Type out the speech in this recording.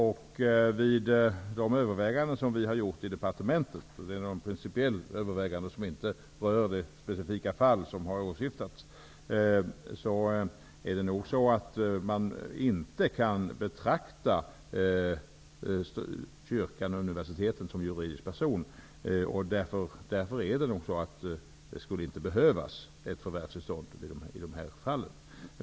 Vid de principiella överväganden som har gjorts i departementet, och som inte rör det specifika fall som har åsyftats, har det framkommit att man inte kan betrakta kyrka och universitet som juridiska personer. Därför skulle det inte behövas ett förvärstillstånd i dessa fall.